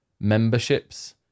memberships